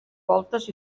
voltes